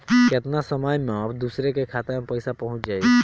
केतना समय मं दूसरे के खाता मे पईसा पहुंच जाई?